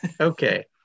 Okay